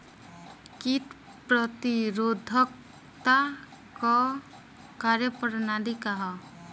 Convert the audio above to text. कीट प्रतिरोधकता क कार्य प्रणाली का ह?